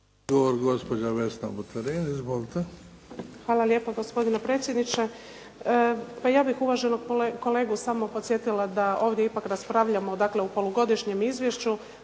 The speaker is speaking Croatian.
Izvolite. **Buterin, Vesna (HDZ)** Hvala lijepa gospodine predsjedniče. Pa ja bih uvaženog kolegu samo podsjetila da ovdje ipak raspravljamo dakle o polugodišnjem izvješću,